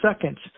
seconds